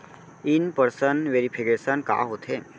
In person verification का होथे?